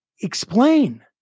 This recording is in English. explain